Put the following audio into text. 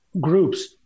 groups